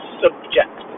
subject